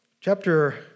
Chapter